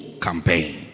campaign